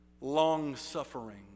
long-suffering